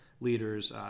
leaders